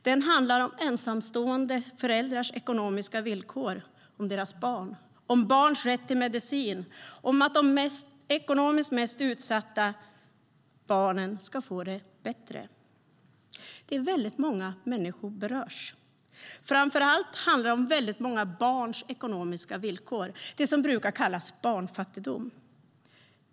Den handlar om ensamstående föräldrars ekonomiska villkor, om deras barn, om barns rätt till medicin och om att de ekonomiskt mest utsatta barnen ska få det bättre. Väldigt många människor berörs. Framför allt handlar det om väldigt många barns ekonomiska villkor - det som brukar kallas barnfattigdom.